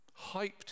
hyped